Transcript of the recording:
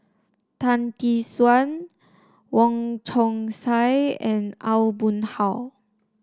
Tan Tee Suan Wong Chong Sai and Aw Boon Haw